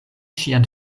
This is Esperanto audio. sian